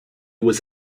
was